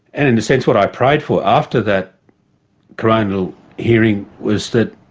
and in a sense what i prayed for after that coronial hearing was that